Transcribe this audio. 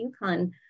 UConn